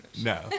no